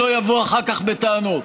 שלא יבוא אחר כך בטענות,